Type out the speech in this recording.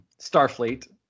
Starfleet